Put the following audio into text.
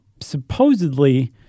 supposedly